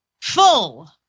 full